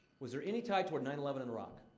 was there any tie toward nine eleven in iraq?